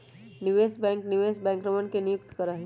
निवेश बैंक निवेश बैंकरवन के नियुक्त करा हई